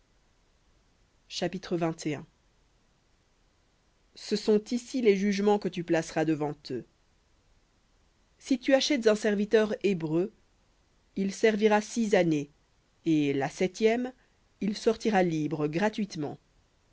chapitre ce sont ici les jugements que tu placeras devant eux v ou si tu achètes un serviteur hébreu il servira six années et la septième il sortira libre gratuitement